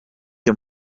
you